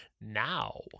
Now